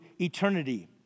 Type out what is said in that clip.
eternity